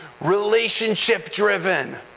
relationship-driven